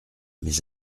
mes